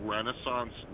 Renaissance